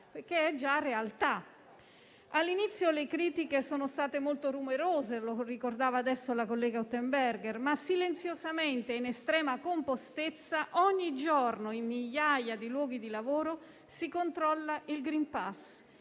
che è già in vigore. All'inizio le critiche sono state molto rumorose, come ricordava adesso la collega Unterberger, ma silenziosamente e in estrema compostezza ogni giorno in migliaia di luoghi di lavoro si controlla il *green pass,*